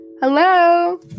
hello